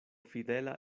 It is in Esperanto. fidela